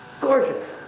Gorgeous